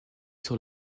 sur